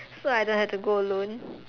so I don't have to go alone